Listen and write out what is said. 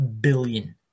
billion